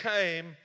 came